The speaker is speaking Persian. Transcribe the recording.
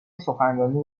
سخنرانی